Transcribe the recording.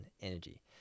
energy